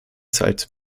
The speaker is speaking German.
zeit